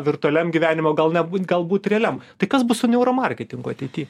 virtualiam gyvenimo gal nebū galbūt realiam tai kas bus neuro marketingu ateity